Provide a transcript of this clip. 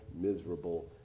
miserable